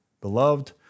beloved